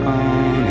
on